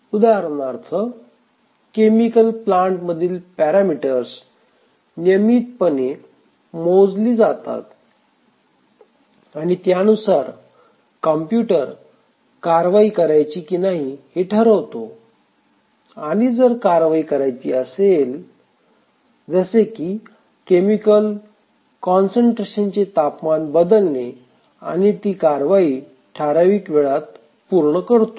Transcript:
उदाहरणार्थ chemical plant मधील parameters नियमितपणे मोजली जातात आणि त्यानुसार कॉम्प्युटर कारवाई करायची की नाही हे ठरवतो आणि जर कारवाई करायची असेल जसे की केमिकल कॉन्सन्ट्रेशन चे तापमान बदलणे आणि ती कारवाई ठराविक वेळात पूर्ण करतो